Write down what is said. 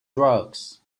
drugs